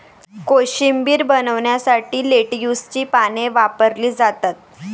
कोशिंबीर बनवण्यासाठी लेट्युसची पाने वापरली जातात